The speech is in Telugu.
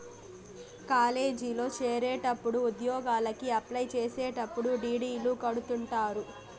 కాలేజీల్లో చేరేటప్పుడు ఉద్యోగలకి అప్లై చేసేటప్పుడు డీ.డీ.లు కడుతుంటారు